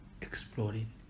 exploring